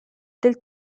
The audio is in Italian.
del